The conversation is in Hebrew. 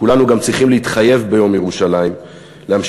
כולנו גם צריכים להתחייב ביום ירושלים להמשיך